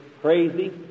crazy